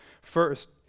First